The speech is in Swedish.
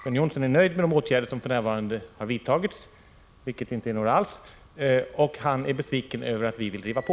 John Johnsson är nöjd med de åtgärder som för närvarande har vidtagits — vilket inte är några alls — och är besviken över att vi vill driva på.